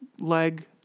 leg